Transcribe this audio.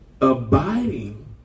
abiding